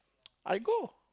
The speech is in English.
I go